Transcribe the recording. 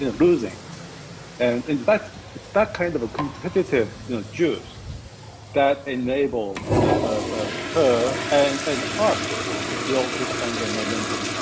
losing and and but it's that kind of a competitive juice that enabled ah her and and us to build this kind of a momentum.